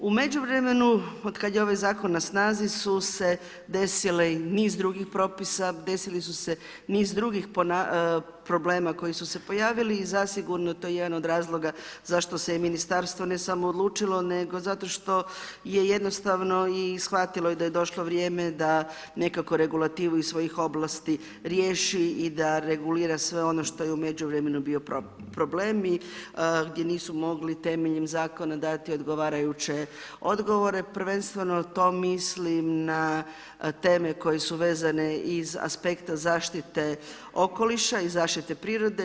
U međuvremenu od kada je ovaj zakon na snazi, su se desile i niz drugih propisa, desile su se niz drugih problema koje su se pojavili i zasigurno to je jedan od razloga zašto se ministarstvo ne samo odlučilo, nego zato što je jednostavno i shvatilo da je došlo vrijeme da nekako regulativu iz svojih oblasti riješi i da regulira sve ono što je u međuvremenu bio problem, gdje nisu mogli temeljem zakona dati odgovarajuće odgovore, prvenstveno to mislim na teme koje su vezane iz aspekta zaštite okoliša i zaštite prirode.